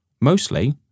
Mostly